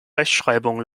rechtschreibung